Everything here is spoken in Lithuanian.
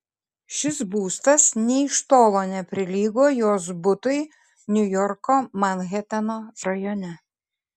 šis būstas nė iš tolo neprilygo jos butui niujorko manheteno rajone